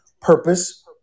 purpose